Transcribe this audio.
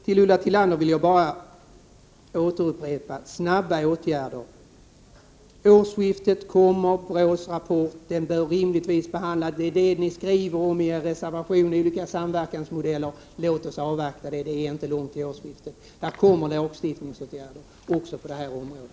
För Ulla Tillander, som talade om snabba åtgärder, vill jag bara upprepa: Vid årsskiftet kommer BRÅ:s rapport — den bör rimligtvis behandla olika samverkansmodeller, som ni skriver om i er reservation. Låt oss avvakta det — det är inte långt till årsskiftet. Det kommer lagstiftningsförslag också på det här området.